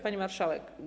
Pani Marszałek!